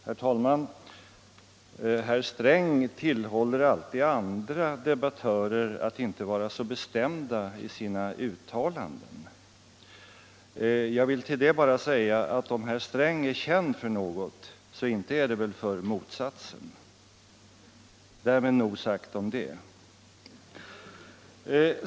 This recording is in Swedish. Herr talman! Herr Sträng tillhåller alltid andra debattörer att inte vara så bestämda i sina uttalanden. Jag vill till det bara säga att om herr Sträng är känd för något, så inte är det för motsatsen. Därmed nog sagt om detta.